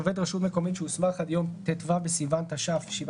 עובד רשות מקומית שהוסמך עד יום ט"ו בסיוון התש"ף (7